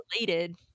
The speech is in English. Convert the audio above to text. related